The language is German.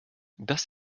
dass